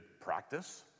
practice